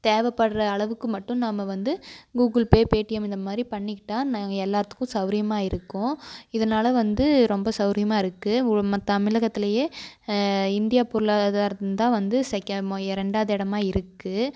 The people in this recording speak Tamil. தேவைப்படுற அளவுக்கு மட்டும் நம்ம வந்து கூகுள்பே பேடிஎம் இந்த மாதிரி பண்ணிக்கிட்டால் நாங்கள் எல்லாத்துக்கும் சௌகரியமா இருக்கும் இதனால் வந்து ரொம்ப சௌகரியமா இருக்கு ஒரு நம்ம தமிழகத்துலேயே இந்தியா பொருளாதாரம் தான் வந்து ரெண்டாவது இடமா இருக்கு